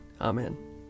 Amen